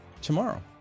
tomorrow